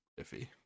iffy